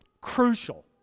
crucial